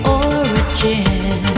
origin